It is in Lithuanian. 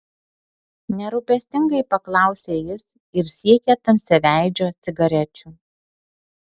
nerūpestingai paklausė jis ir siekė tamsiaveidžio cigarečių